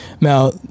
now